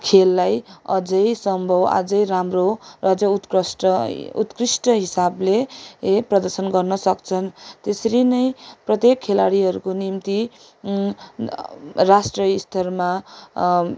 खेललाई अझै सम्भव अझै राम्रो अझै उत्कृष्ट उत्कृष्ट हिसाबले प्रदर्शन गर्न सक्छन् त्यसरी नै प्रत्येक खेलाडीहरूको निम्ति राष्ट्रस्तरमा